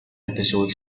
episode